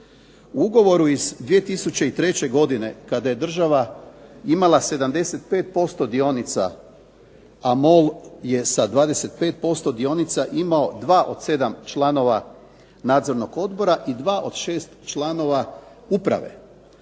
U ugovoru iz 2003. godine kada je država imala 75% dionica a MOL je sa 25% dionica imao dva od sedam članova nadzornog odbora i dva od šest članova uprave.